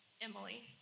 Emily